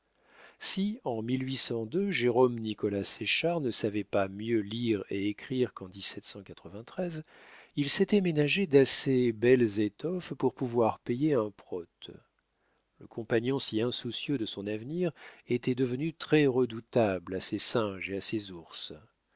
si en gérôme nicolas ses chars ne savait pas mieux lire et écrire qu'en il s'était ménagé d'assez belles étoffes pour pouvoir payer un prote le compagnon si insoucieux de son avenir était devenu très redoutable à ses singes et à ses ours